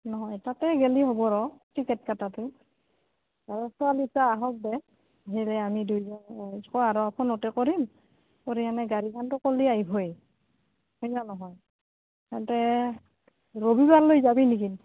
নহয় তাতে গেলি হ'ব আৰু টিকেট কটাটো আৰু ছোৱালী এতিয়া আহক দে হেৰে আমি দুইজন ক আৰু ফোনতে কৰিম কৰি আনে গাড়ীখনটো ক'লি আহিবই হয়নে নহয় তাতে ৰবিবাৰলৈ যাবি নেকি